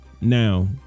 now